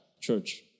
church